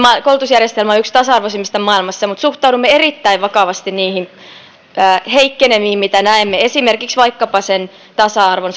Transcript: koulutusjärjestelmä on yksi tasa arvoisimmista maailmassa mutta suhtaudumme erittäin vakavasti niihin heikkenemiin mitä näemme esimerkiksi vaikkapa sen tasa arvon